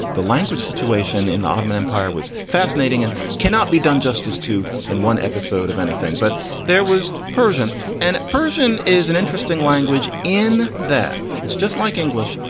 the language situation in the ottoman empire was fascinating and cannot be done. just as two and one episode of anything but there was persian and persian is an interesting language in that it's just like english.